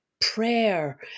prayer